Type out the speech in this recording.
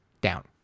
down